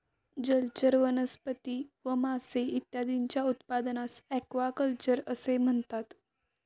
जलचर वनस्पती व मासे इत्यादींच्या उत्पादनास ॲक्वाकल्चर असे म्हणतात